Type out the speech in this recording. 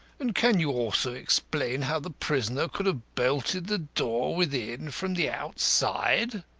and can you also explain how the prisoner could have bolted the door within from the outside?